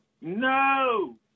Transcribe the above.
No